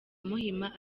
muhima